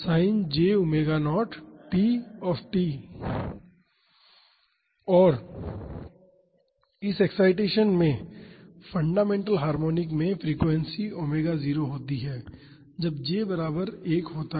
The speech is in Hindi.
p और इस एक्ससाइटेसन में फंडामेंटल हार्मोनिक में फ्रीक्वेंसी ओमेगा 0 होती है जब j बराबर 1 होता है